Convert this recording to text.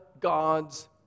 God's